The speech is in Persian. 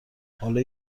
حالا